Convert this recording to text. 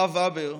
הרב הבר,